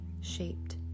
shaped